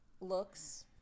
looks